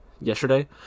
yesterday